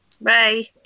Bye